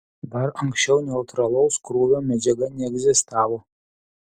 dar anksčiau neutralaus krūvio medžiaga neegzistavo